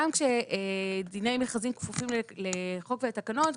גם כשדיני מכרזים כפופים לחוק ולתקנות,